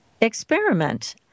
experiment